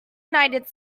united